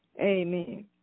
amen